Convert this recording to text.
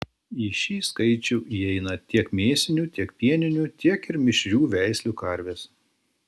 į šį skaičių įeina tiek mėsinių tiek pieninių tiek ir mišrių veislių karvės